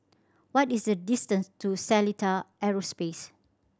what is the distance to Seletar Aerospace